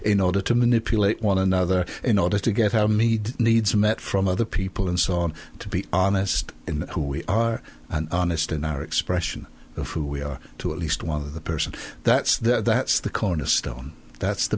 in order to manipulate one another in order to get our meat needs met from other people and so on to be honest in who we are honest in our expression of who we are to at least one person that's the that's the cornerstone that's the